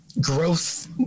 growth